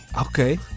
Okay